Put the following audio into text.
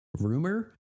rumor